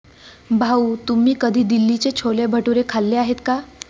भाऊ, तुम्ही कधी दिल्लीचे छोले भटुरे खाल्ले आहेत का?